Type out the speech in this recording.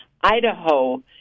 Idaho